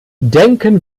denken